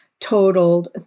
totaled